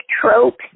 tropes